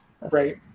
Right